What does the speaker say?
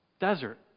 desert